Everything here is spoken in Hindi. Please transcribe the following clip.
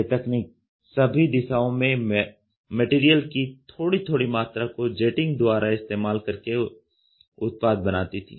यह तकनीक सभी दिशाओं में मटेरियल की थोड़ी थोड़ी मात्रा को जेटिंग द्वारा इस्तेमाल करके उत्पाद बनाती थी